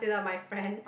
you're my friend